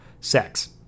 sex